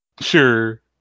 Sure